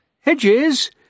Hedges